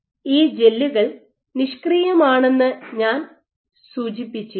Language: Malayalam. ഈ ജെല്ലുകൾ നിഷ്ക്രിയമാണെന്ന് ഞാൻ സൂചിപ്പിച്ചിരുന്നു